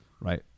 Right